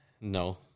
No